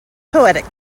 poetic